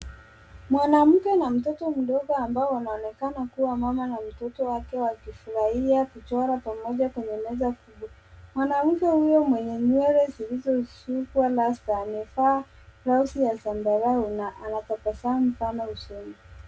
Mwanaume na mtoto mdogo ambao wanaonekana kuwa na mama na mtoto wake wakifurahia kuchora pamoja kwenye meza kubwa. Mwanamke huyo mwenye nywele zilizoshukwa rasta amevaa blausi zambarau na ana tabasamu pana usoni.